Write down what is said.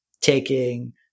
taking